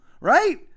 right